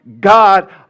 God